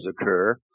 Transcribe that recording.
occur